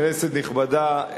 כנסת נכבדה,